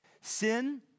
Sin